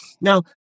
Now